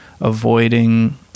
avoiding